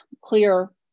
clear